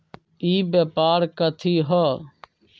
ई व्यापार कथी हव?